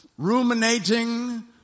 ruminating